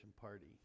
party